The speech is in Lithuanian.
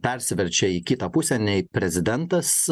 persiverčia į kitą pusę nei prezidentas